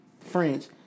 French